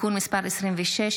(תיקון מס' 26),